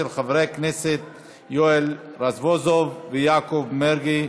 של חברי הכנסת יואל רזבוזוב ויעקב מרגי.